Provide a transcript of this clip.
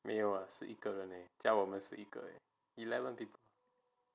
没有啊是十一而已加我们十一个 eleven people